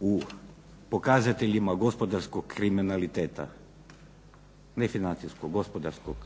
u pokazateljima gospodarskog kriminaliteta. Ne financijskog, gospodarskog.